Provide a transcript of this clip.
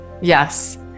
Yes